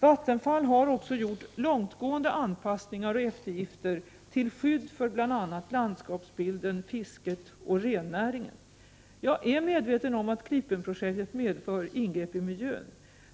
Vattenfall har också gjort långtgående anpassningar och eftergifter till skydd för bl.a. landsksapsbilden, fisket och rennäringen. Jag är medveten om att Klippen-projektet medför ingrepp i miljön.